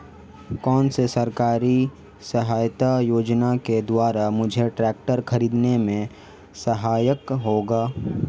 कौनसी सरकारी सहायता योजना के द्वारा मुझे ट्रैक्टर खरीदने में सहायक होगी?